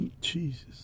Jesus